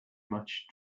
much